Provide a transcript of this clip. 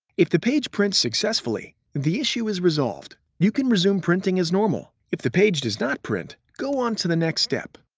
if the page prints successfully, the issue is resolved. you can resume printing as normal. if the page does not print, go on to the next step.